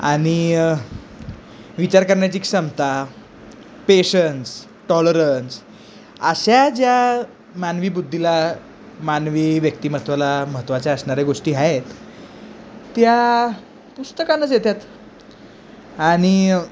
आणि विचार करण्याची क्षमता पेशन्स टॉलरन्स अशा ज्या मानवी बुद्धीला मानवी व्यक्तिमत्वाला महत्त्वाच्या असणाऱ्या गोष्टी आहेत त्या पुस्तकानंच येतात आणि